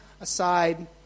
aside